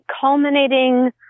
culminating